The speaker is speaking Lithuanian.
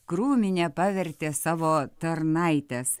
krūminė pavertė savo tarnaites